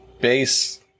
Base